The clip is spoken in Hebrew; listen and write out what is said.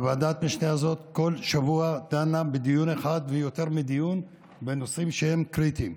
וועדת המשנה הזאת כל שבוע דנה בדיון אחד ויותר בנושאים שהם קריטיים.